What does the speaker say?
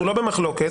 במחלוקת.